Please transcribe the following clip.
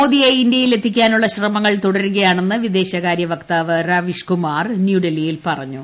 മോദിയെ ഇന്ത്യയിലെത്തിക്കാനുള്ള ശ്രമങ്ങൾ തുടരുകയാണെന്ന് വിദേശകാര്യ വക്താവ് രാവീഷ് കുമാർ ന്യൂഡൽഹിയിൽ പറഞ്ഞു